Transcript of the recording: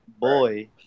boy